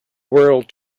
world